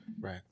Right